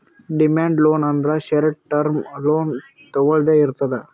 demand loan ಅಂದ್ರ short term loan ತೊಗೊಳ್ದೆ ಇರ್ತದ್